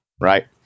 right